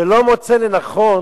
שלא מוצא לנכון